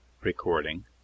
Recording